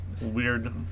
weird